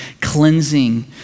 cleansing